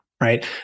right